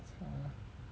and can